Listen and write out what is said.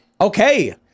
Okay